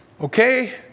okay